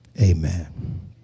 Amen